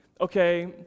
Okay